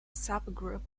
subgroup